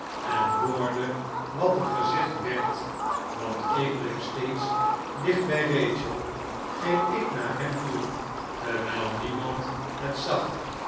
en hoorde wat er gezegd werd want ik bleef steeds dicht bij rachel ging ik naar hem toe terwijl niemand het zag